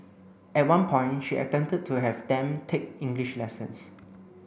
at one point she attempted to have them take English lessons